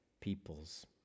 peoples